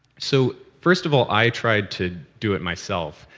so, first of all, i tried to do it myself.